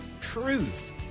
Truth